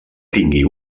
tingui